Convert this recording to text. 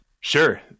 Sure